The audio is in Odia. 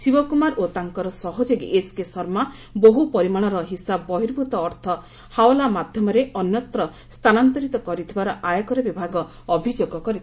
ଶିବକୁମାର ଓ ତାଙ୍କର ସହଯୋଗୀ ଏସ୍କେ ଶର୍ମା ବହୁ ପରିମାଣର ହିସାବ ବହିର୍ଭୁତ ଅର୍ଥ ହାୱାଲା ମାଧ୍ୟମରେ ଅନ୍ୟତ୍ର ସ୍ଥାନାନ୍ତରିତ କରିଥିବାର ଆୟକର ବିଭାଗ ଅଭିଯୋଗ କରିଥିଲା